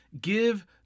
give